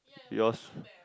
Vios